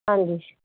ਹਾਂਜੀ